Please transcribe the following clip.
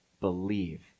believe